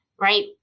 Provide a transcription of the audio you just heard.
right